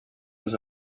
was